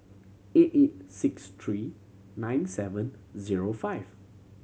eight eight six three nine seven zero five